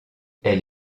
elle